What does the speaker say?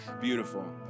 Beautiful